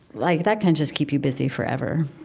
like that can just keep you busy forever